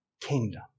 kingdom